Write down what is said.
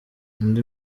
andi